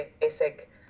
basic